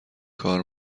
کار